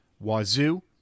wazoo